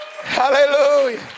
Hallelujah